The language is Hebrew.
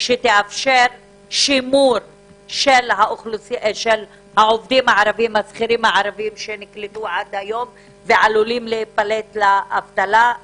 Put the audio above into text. שתאפשר שימור של השכירים הערבים שנקלטו עד היום ועלולים להיפלט לאבטלה,